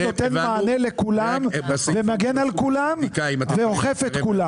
נותן מענה לכולם ומגן על כולם ואוכף את כולם?